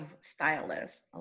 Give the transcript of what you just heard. stylists